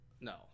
no